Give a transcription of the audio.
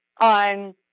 on